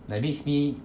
like makes me